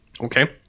okay